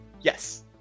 Yes